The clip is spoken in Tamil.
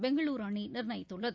பெங்களுரு அணி நிர்ணயித்துள்ளது